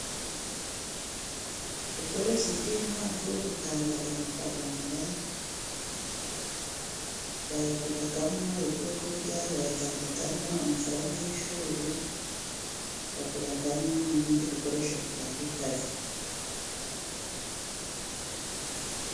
Ubworozi bw'inkwavu butanga amafaranga. Bayaguramo ibyo kurya, bayatangamo amafaranga y'ishuri, baguramo n'ibindi bikoresho bitandukanye.